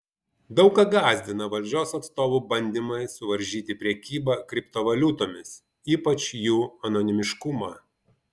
daug ką gąsdina valdžios atstovų bandymai suvaržyti prekybą kriptovaliutomis ypač jų anonimiškumą